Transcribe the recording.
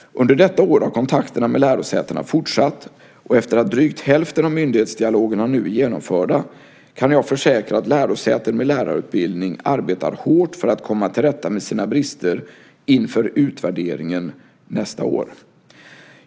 Under detta år har kontakterna med lärosätena fortsatt, och efter att drygt hälften av myndighetsdialogerna nu är genomförda kan jag försäkra att lärosäten med lärarutbildning arbetar hårt för att komma till rätta med sina brister inför utvärderingen nästa år.